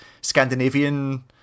Scandinavian